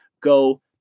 go